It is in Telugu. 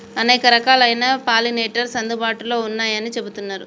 అనేక రకాలైన పాలినేటర్స్ అందుబాటులో ఉన్నయ్యని చెబుతున్నరు